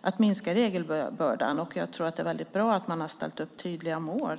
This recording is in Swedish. att minska regelbördan. Jag tror att det är väldigt bra att man har ställt upp tydliga mål.